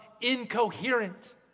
incoherent